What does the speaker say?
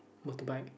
motorbike